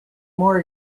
more